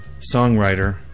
songwriter